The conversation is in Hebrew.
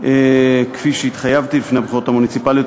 כפי שהתחייבתי לפני הבחירות המוניציפליות.